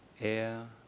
air